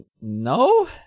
No